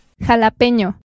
Jalapeño